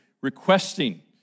requesting